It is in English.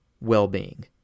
well-being